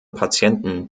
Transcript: patienten